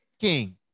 King